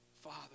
Father